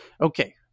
Okay